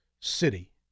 city